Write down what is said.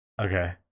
okay